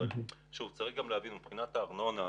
צריך להבין שמבחינת הארנונה,